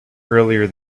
earlier